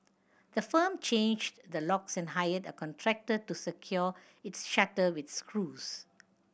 the firm changed the locks and hired a contractor to secure its shutter with screws